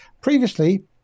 Previously